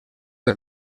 del